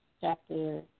chapter